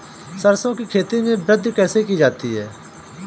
सरसो की खेती में वृद्धि कैसे की जाती है?